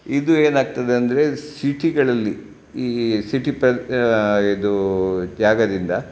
ಇದು ಏನಾಗ್ತದೆ ಅಂದರೆ ಸಿಟಿಗಳಲ್ಲಿ ಈ ಸಿಟಿ ಪ್ರ ಇದು ಜಾಗದಿಂದ